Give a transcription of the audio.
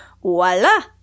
voila